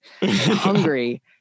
hungry